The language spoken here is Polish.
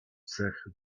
cech